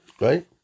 Right